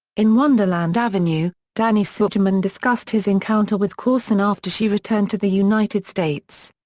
in wonderland avenue, danny sugerman discussed his encounter with courson after she returned to the united states.